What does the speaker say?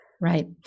Right